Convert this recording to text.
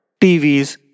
TVs